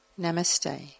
Namaste